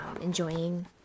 enjoying